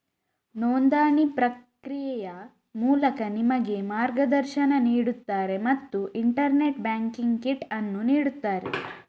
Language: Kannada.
ನೋಂದಣಿ ಪ್ರಕ್ರಿಯೆಯ ಮೂಲಕ ನಿಮಗೆ ಮಾರ್ಗದರ್ಶನ ನೀಡುತ್ತಾರೆ ಮತ್ತು ಇಂಟರ್ನೆಟ್ ಬ್ಯಾಂಕಿಂಗ್ ಕಿಟ್ ಅನ್ನು ನೀಡುತ್ತಾರೆ